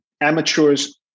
amateurs